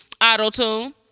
Auto-tune